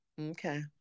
Okay